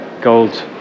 gold